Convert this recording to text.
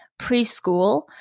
preschool